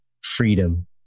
freedom